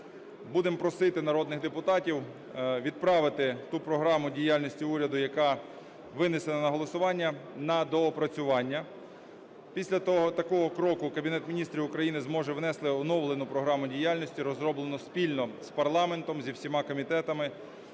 будемо просити народних депутатів відправити ту Програму діяльності уряду, яка винесена на голосування, на доопрацювання. Після такого кроку Кабінет Міністрів України зможе внести оновлену програму діяльності, розроблену спільно з парламентом, з усіма комітетами.